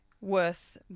worth